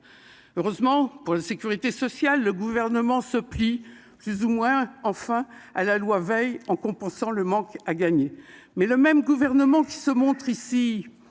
Heureusement pour la sécurité sociale, le Gouvernement se pliera enfin à la loi Veil en compensant le manque à gagner ! Néanmoins, le même Gouvernement qui se montre